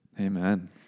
Amen